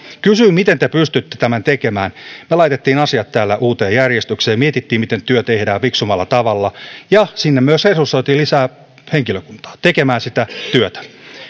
kysyin miten te pystytte tämän tekemään me laitettiin asiat täällä uuteen järjestykseen ja mietittiin miten työ tehdään fiksummalla tavalla ja sinne myös resursoitiin lisää henkilökuntaa tekemään sitä työtä